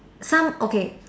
some okay